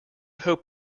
hope